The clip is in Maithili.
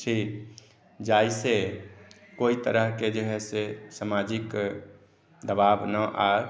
छी जाहिसँ कोइ तरहके जे हइ से सामाजिक दबाब नहि आयल